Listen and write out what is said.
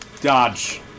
Dodge